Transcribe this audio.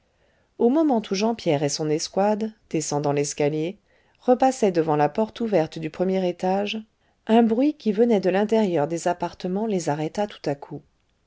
au moment où jean pierre et son escouade descendant l'escalier repassaient devant la porte ouverte du premier étage un bruit qui venait de l'intérieur des appartements les arrêta tout a coup